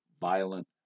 violent